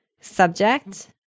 subject